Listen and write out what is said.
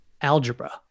algebra